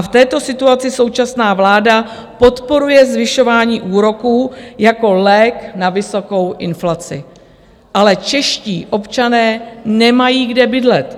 V této situaci současná vláda podporuje zvyšování úroků jako lék na vysokou inflaci, ale čeští občané nemají kde bydlet.